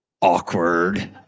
Awkward